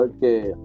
Okay